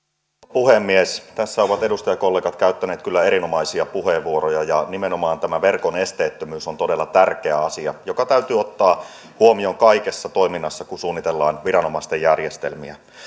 puhemies tässä ovat edustajakollegat käyttäneet kyllä erinomaisia puheenvuoroja ja nimenomaan tämä verkon esteettömyys on todella tärkeä asia joka täytyy ottaa huomioon kaikessa toiminnassa kun suunnitellaan viranomaisten järjestelmiä